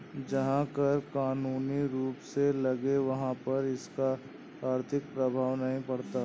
जहां कर कानूनी रूप से लगे वहाँ पर इसका आर्थिक प्रभाव नहीं पड़ता